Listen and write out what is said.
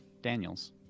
Daniels